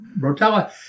Rotella